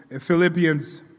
Philippians